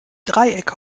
dreiecke